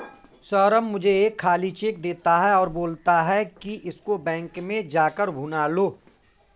सौरभ मुझे एक खाली चेक देता है और बोलता है कि इसको बैंक में जा कर भुना लो